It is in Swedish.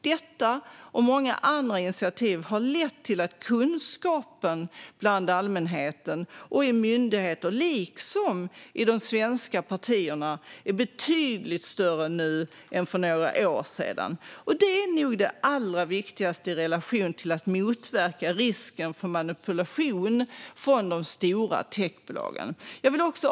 Detta och många andra initiativ har lett till att kunskapen bland allmänheten och inom myndigheterna liksom i de svenska partierna nu är betydligt större än för några år sedan. Det är nog det allra viktigaste i relation till att motverka risken för manipulation från de stora techbolagen.